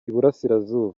iburasirazuba